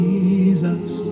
Jesus